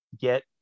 get